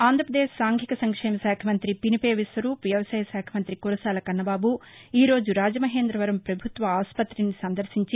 ఆంధ్రప్రదేశ్ సాంఘిక సంక్షేమ శాఖ మంత్రి పినిపే విశ్వరూప్ వ్యవసాయశాఖ మంత్రి కురసాల కన్నబాబు ఈరోజు రాజమహేందవరం పభుత్వ ఆస్పతిని సందర్శించి